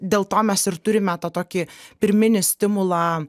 dėl to mes ir turime tą tokį pirminį stimulą